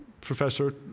professor